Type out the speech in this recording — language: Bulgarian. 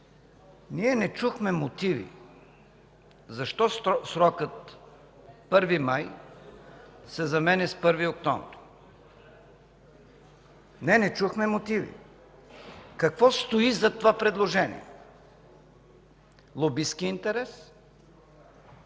Ние не чухме мотиви защо срокът 1 май се заменя с 1 октомври. Не, не чухме мотиви! Какво стои зад това предложение? Лобистки интерес?